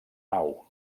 nau